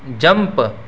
jump